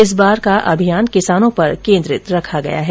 इस बार का अभियान किसानों पर केन्द्रित रखा गया है